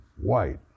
white